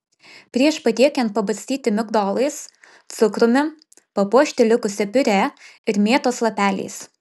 prieš patiekiant pabarstyti migdolais cukrumi papuošti likusia piurė ir mėtos lapeliais